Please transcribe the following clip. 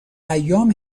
ایام